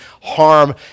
harm